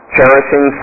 cherishing